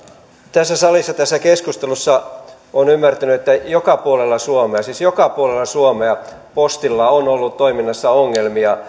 tässä salissa tässä keskustelussa olen ymmärtänyt että joka puolella suomea siis joka puolella suomea postilla on ollut toiminnassa ongelmia